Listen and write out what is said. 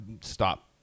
stop